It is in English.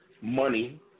money